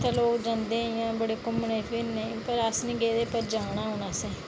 उत्थै लोक जंदे इंया बड़े घुम्मने फिरने गी पर अस निं गेदे पर जाना असें